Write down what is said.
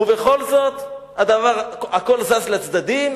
ובכל זאת הכול זז לצדדים